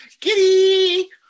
giddy